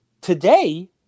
today